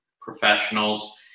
professionals